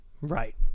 right